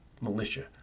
militia